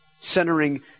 centering